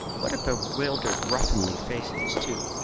what a bewildered ruffianly face it is too.